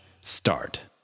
start